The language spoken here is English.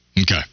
Okay